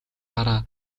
дараа